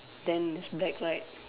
then there's black right